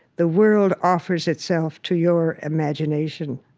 the world offers itself to your imagination,